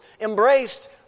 embraced